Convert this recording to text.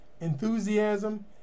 enthusiasm